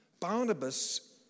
Barnabas